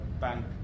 bank